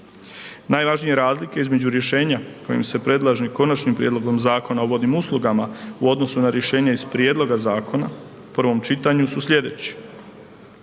Najvažnije razlike između rješenja kojim se predlaže Konačnim prijedlogom zakona o vodnim uslugama u odnosu na rješenja iz prijedloga zakona u prvom čitanju su sljedeće.